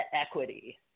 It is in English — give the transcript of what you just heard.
equity